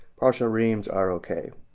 partial reams are okay.